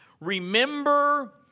Remember